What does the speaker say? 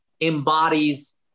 embodies